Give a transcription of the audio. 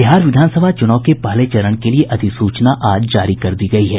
बिहार विधानसभा चुनाव के पहले चरण के लिए अधिसूचना आज जारी कर दी गई है